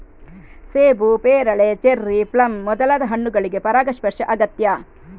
ಸೇಬು, ಪೇರಳೆ, cherry, plum ಮೊದಲಾದ ಹಣ್ಣುಗಳಿಗೆ ಪರಾಗಸ್ಪರ್ಶ ಅಗತ್ಯ